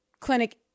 clinic